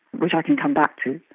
which i can come back to.